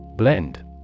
Blend